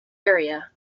area